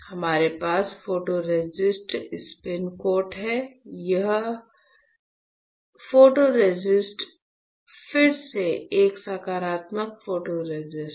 हमारे पास photoresist spin coat है और यह फोटोरेसिस्ट फिर से एक सकारात्मक फोटोरेसिस्ट है